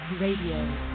Radio